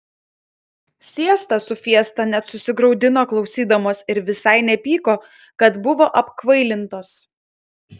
siesta su fiesta net susigraudino klausydamos ir visai nepyko kad buvo apkvailintos